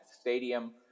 stadium